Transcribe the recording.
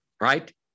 right